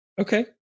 okay